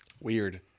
Weird